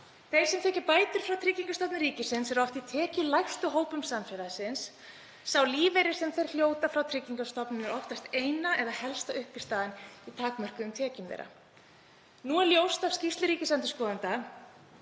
„Þeir sem þiggja bætur frá Tryggingastofnun ríkisins eru oft í tekjulægstu hópum samfélagsins. Sá lífeyrir sem þeir hljóta frá Tryggingastofnun er oftast eina eða helsta uppistaðan í takmörkuðum tekjum þeirra.“ Nú er ljóst af skýrslu ríkisendurskoðanda,